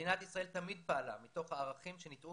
מדינת ישראל תמיד פעלה מתוך הערכים שניטעו